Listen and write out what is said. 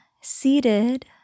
seated